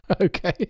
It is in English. Okay